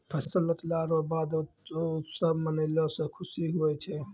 फसल लटला रो बाद उत्सव मनैलो से खुशी हुवै छै